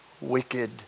wicked